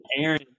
Aaron